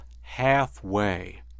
halfway